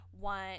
want